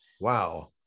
Wow